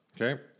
okay